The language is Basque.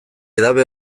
edabe